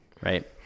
right